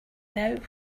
now